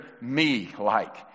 me-like